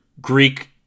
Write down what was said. Greek